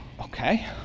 okay